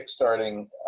kickstarting